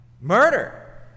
Murder